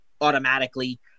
automatically